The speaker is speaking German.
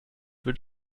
wird